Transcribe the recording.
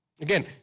again